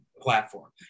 platform